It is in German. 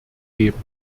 geben